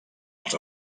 els